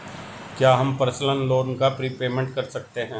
क्या हम personal loan का प्रीपेमेंट कर सकते हैं?